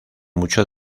mucho